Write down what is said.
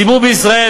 הציבור בישראל,